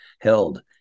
held